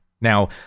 Now